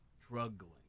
struggling